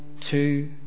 two